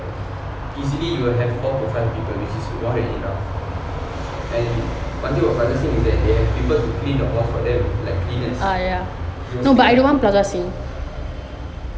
easily you have four five people which is more than enough and one thing about plaza singapura is that they have people to clean the hall for them like cleaners okay sikit ah